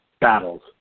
battles